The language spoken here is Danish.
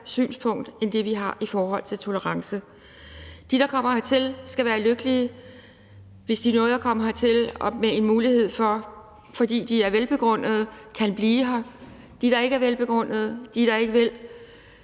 synspunkt end det, vi har i forhold til tolerance. De, der kommer hertil, skal være lykkelige, hvis de er kommet hertil med en mulighed for at blive her, fordi det er velbegrundet. De kan blive her. De, der ikke er velbegrundede, og de, der ikke vil,